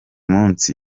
munsi